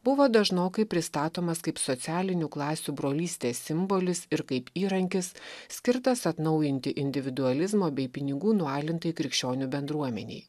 buvo dažnokai pristatomas kaip socialinių klasių brolystės simbolis ir kaip įrankis skirtas atnaujinti individualizmo bei pinigų nualintai krikščionių bendruomenei